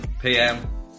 PM